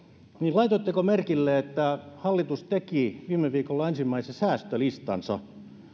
laitoitteko merkille että hallitus teki viime viikolla ensimmäisen säästölistansa